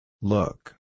Look